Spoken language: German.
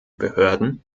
behörden